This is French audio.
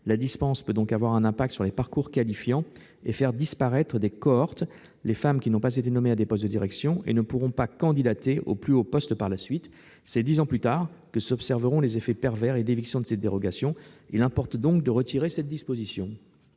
La dispense peut donc avoir un impact sur les parcours qualifiants, et faire disparaître des cohortes les femmes qui n'ont pas été nommées à des postes de direction et ne pourront pas candidater aux plus hauts postes par la suite. C'est dix ans plus tard que s'observeront les effets pervers et d'éviction de cette dérogation. Il importe donc de supprimer cette disposition.